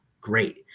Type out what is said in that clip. great